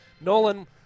Nolan